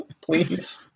Please